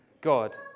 God